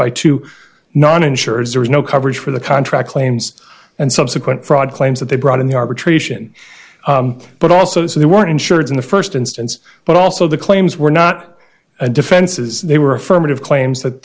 by two non insurers there was no coverage for the contract claims and subsequent fraud claims that they brought in the arbitration but also so they weren't insured in the first instance but also the claims were not defenses they were affirmative claims that